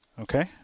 Okay